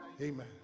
amen